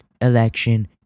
election